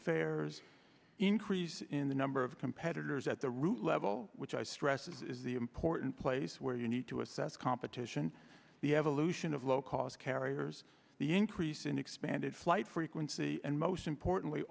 fares increase in the number of competitors at the root level which i stress is the important place where you need to assess competition the evolution of low cost carriers the increase in expanded flight frequency and most importantly